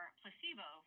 placebo